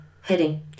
heading